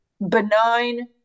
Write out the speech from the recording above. benign